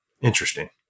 Interesting